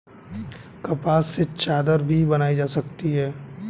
कपास से चादर भी बनाई जा सकती है